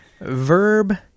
Verb